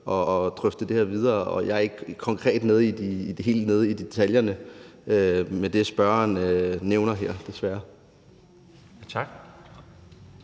Landdistrikter og Øer. Jeg er ikke konkret helt nede i detaljerne med det, spørgeren nævner her, desværre. Kl.